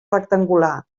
rectangular